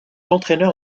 entraîneur